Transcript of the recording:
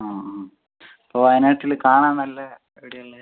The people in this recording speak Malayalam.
അ അ ഒ വയനാട്ടിൽ കാണാൻ നല്ല എവിടെയുള്ളത്